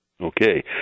Okay